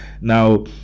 now